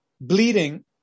bleeding